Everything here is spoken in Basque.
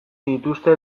dituzte